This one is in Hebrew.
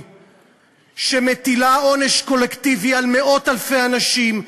שמטילה עונש קולקטיבי על מאות-אלפי אנשים,